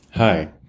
Hi